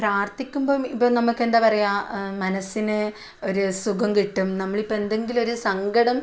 പ്രാർത്ഥിക്കുമ്പോൾ ഇപ്പോൾ നമുക്കെന്താ പറയാ മനസ്സിന് ഒരു സുഖം കിട്ടും നമ്മൾ ഇപ്പോൾ എന്തെങ്കിലും ഒരു സങ്കടം